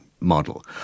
Model